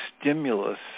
stimulus